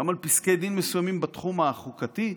גם על פסקי דין מסוימים בתחום החוקתי.